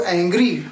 angry